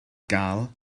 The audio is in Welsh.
gael